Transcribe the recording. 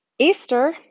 Easter